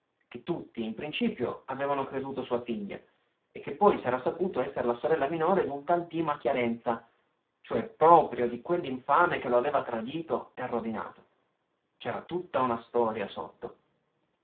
che tutti in principio avevano creduto sua figlia e che poi s'era saputo esser la sorella minore d'un tal dima chiarenza cioè proprio di quell'infame che lo aveva tradito e rovinato c'era tutta una storia sotto